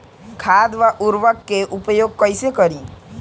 खाद व उर्वरक के उपयोग कईसे करी?